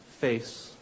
face